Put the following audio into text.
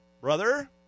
brother